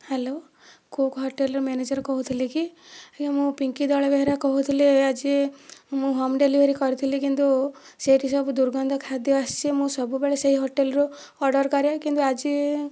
hello cook ହୋଟେଲର manager କହୁଥିଲେ କି ଆଜ୍ଞା ମୁଁ ପିଙ୍କି ଦଳ ବେହେରା କହୁଥିଲି ଆଜି ମୁଁ ହୋମ୍ ଡେଲିଭରି କରିଥିଲି କିନ୍ତୁ ସେଇଠୁ ସବୁ ଦୁର୍ଗନ୍ଧ ଖାଦ୍ୟ ଆସିଛି ମୁଁ ସବୁବେଳେ ସେହି ହୋଟେଲରୁ ଅର୍ଡର କରେ କିନ୍ତୁ ଆଜି